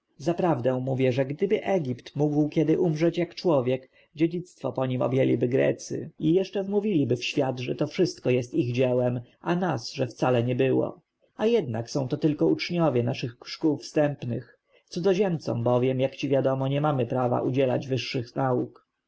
zaprawdę mówię że gdyby egipt mógł kiedy umrzeć jak człowiek dziedzictwo po nim objęliby grecy i jeszcze wmówiliby w świat że to wszystko jest ich dziełem a nas że wcale nie było a jednak są to tylko uczniowie naszych szkół wstępnych cudzoziemcom bowiem jak ci wiadomo nie mamy prawa udzielać wyższych nauk